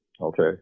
Okay